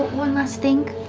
one last thing.